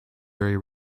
very